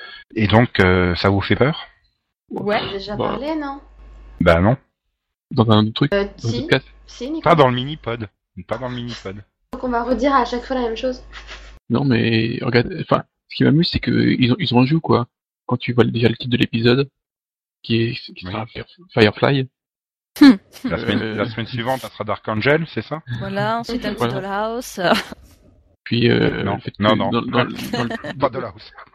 Et donc, euh, ça vous fait peur ? Ouais. On en a déjà Bah. parlé, non ? Bah non. Dans un autre truc, Euh, dans un autre si. podcast ? Si, Nicolas. Pas dans le mini-pod. Pas dans le mini-pod. Donc on va redire à chaque fois la même chose. Non, mais regarde- enfin, ce qui m'amuse, c'est que ils ont- ils ont joué, quoi. Quand tu vois déjà le titre de l'épisode, qui est- qui sera Oui. Fire- Firefly. La semaine- la Euh. semaine suivante, ça sera Dark Angel, c'est ça ? Voilà, ensuite, un petit Voilà. Dollhouse. Puis, euh, Non. le fait Non, que non. dans- dans- dans le- Pas dans- Dollhouse.